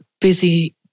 busy